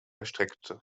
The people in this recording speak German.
erstreckte